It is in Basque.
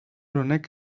honek